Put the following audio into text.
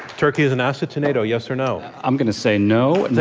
turkey is an asset to nato, yes or no? i'm going to say no. not